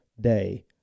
day